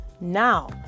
now